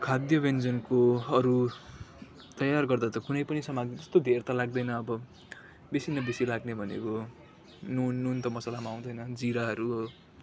खाद्य व्यञ्जनको अरू तयार गर्दा त कुनै पनि समान त्यस्तो धेरै त लाग्दैन अब बेसी न बेसी लाग्ने भनेको नुन नुन त मसलामा आउँदैन जिराहरू हो